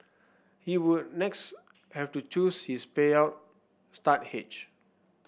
he would next have to choose his payout start age